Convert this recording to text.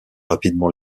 rapidement